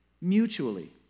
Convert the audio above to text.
mutually